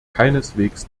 keineswegs